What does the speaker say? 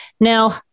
Now